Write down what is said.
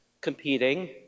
competing